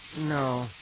No